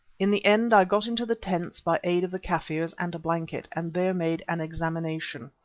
in the end i got him to the tents by aid of the kaffirs and a blanket, and there made an examination.